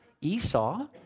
Esau